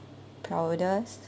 proudest